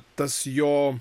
tas jo